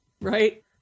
right